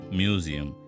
museum